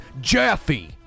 Jaffe